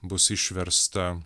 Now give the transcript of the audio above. bus išversta